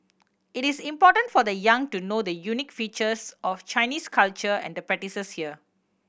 it is important for the young to know the unique features of Chinese culture and the practices here